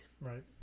Right